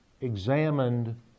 examined